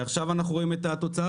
עכשיו אנחנו רואים את התוצאה,